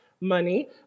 money